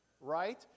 Right